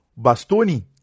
Bastoni